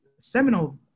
seminal